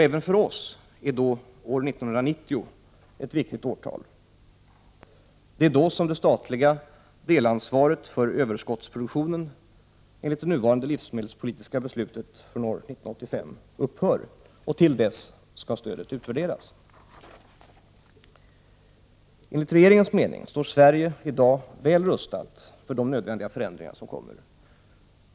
Även för oss är då 1990 ett viktigt årtal. Det är då som det statliga delansvaret för överskottsproduktionen enligt det nuvarande livsmedelspolitiska beslutet från år 1985 upphör, och till dess skall stödet utvärderas. Enligt regeringens mening står Sverige i dag väl rustat för de nödvändiga förändringar som kommer.